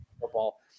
football